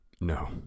No